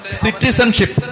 citizenship